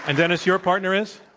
and dennis, your partner is?